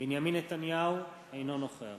בנימין נתניהו, אינו נוכח